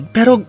Pero